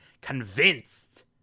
convinced